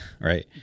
right